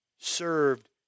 served